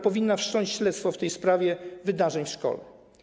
Powinna ona wszcząć śledztwo w sprawie wydarzeń w szkole.